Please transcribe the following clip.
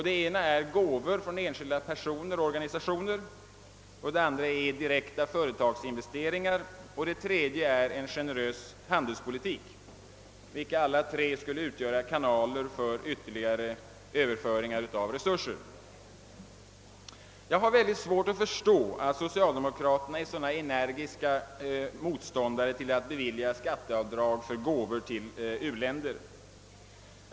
Den ena är gåvor från enskilda personer och organisationer, den andra är direkta företagsinvesteringar och den tredje är en generös handelspolitik, vilka alla tre skulle utgöra kanaler för ytterligare överföringar av resurser. Jag har svårt att förstå att socialdemokraterna är sådana energiska motståndare till att bevilja skatteavdrag för gåvor till u-länder.